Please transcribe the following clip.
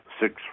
six